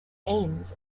aims